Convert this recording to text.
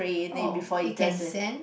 oh it can sense